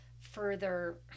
further